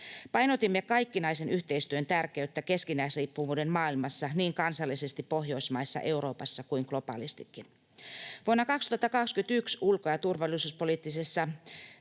Painotimme kaikkinaisen yhteistyön tärkeyttä keskinäisriippuvuuden maailmassa, niin kansallisesti Pohjoismaissa, Euroopassa kuin globaalistikin. Vuonna 2021 ulko- ja turvallisuuspoliittisen